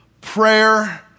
prayer